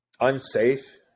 unsafe